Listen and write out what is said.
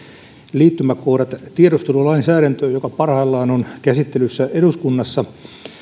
liittymäkohdat tiedustelulainsäädäntöön joka parhaillaan on käsittelyssä eduskunnassa